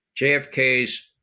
JFK's